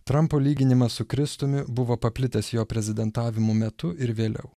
trampo lyginimas su kristumi buvo paplitęs jo prezidentavimo metu ir vėliau